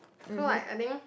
so like I think